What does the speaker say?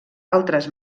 altres